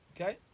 okay